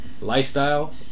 lifestyle